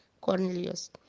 Cornelius